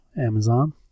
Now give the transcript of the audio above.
Amazon